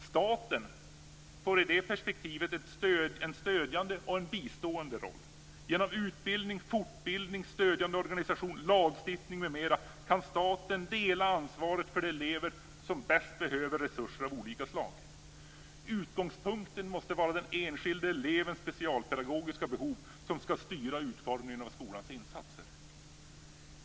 Staten får i det perspektivet en stödjande och bistående roll. Genom utbildning, fortbildning, stödjande organisation, lagstiftning m.m. kan staten dela ansvaret för de elever som bäst behöver resurser av olika slag. Utgångspunkten måste vara att den enskilde elevens specialpedagogiska behov ska styra utformningen av skolans insatser.